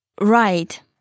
Right